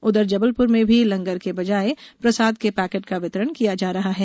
उधर जबलपुर में भी लंगर के बजाए प्रसाद के पैकेट का वितरण किया जा रहा है